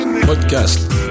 Podcast